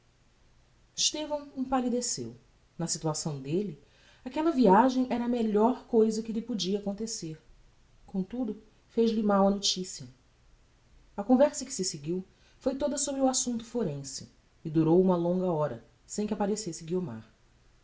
estevão empallideceu na situação delle aquella viagem era a melhor cousa que lhe podia acontecer comtudo fez-lhe mal a noticia a conversa que se seguiu foi toda sobre o assumpto forense e durou uma longa hora sem que apparecesse guiomar